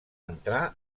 entrar